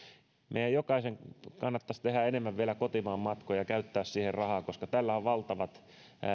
meidän jokaisen kannattaisi tehdä vielä enemmän kotimaan matkoja käyttää siihen rahaa koska tällä on valtavat